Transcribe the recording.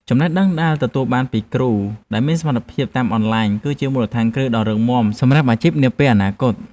ចំណេះដឹងដែលទទួលបានពីគ្រូដែលមានសមត្ថភាពតាមអនឡាញ គឺជាមូលដ្ឋានគ្រឹះដ៏រឹងមាំសម្រាប់អាជីពនាពេលអនាគត។